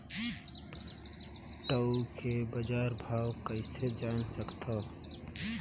टाऊ के बजार भाव कइसे जान सकथव?